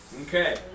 Okay